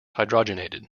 hydrogenated